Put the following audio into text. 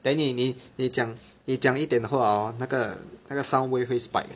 then 你你你讲你讲一点话 hor 那个那个 sound wave 会 spike